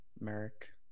Merrick